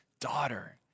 daughter